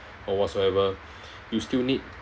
or whatsoever you still need